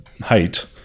height